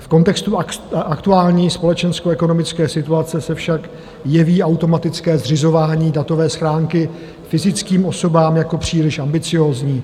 V kontextu aktuální společenskoekonomické situace se však jeví automatické zřizování datové schránky fyzickým osobám jako příliš ambiciózní.